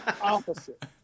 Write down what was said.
opposite